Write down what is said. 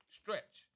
stretch